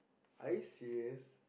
are you serious